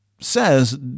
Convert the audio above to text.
says